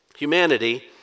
Humanity